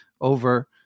over